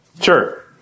Sure